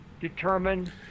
determine